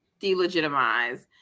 delegitimize